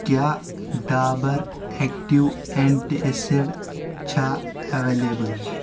کیٛاہ Dabur active anti acid چھا available?